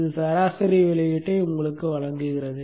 இது சராசரி வெளியீட்டை உங்களுக்கு வழங்குகிறது